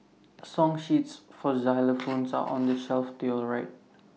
song sheets for xylophones are on the shelf to your right